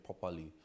properly